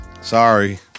Sorry